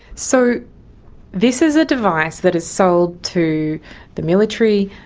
so this is a device that is sold to the military,